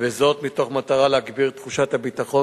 וזאת מתוך מטרה להגביר את תחושת הביטחון